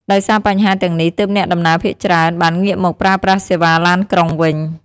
ដោយសារបញ្ហាទាំងនេះ ទើបអ្នកដំណើរភាគច្រើនបានងាកមកប្រើប្រាស់សេវាឡានក្រុងវិញ។